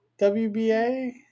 WBA